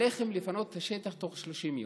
עליכם לפנות את השטח תוך 30 יום.